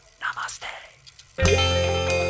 namaste